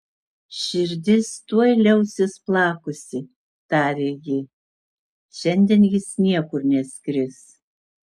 širdis tuoj liausis plakusi tarė ji šiandien jis niekur neskris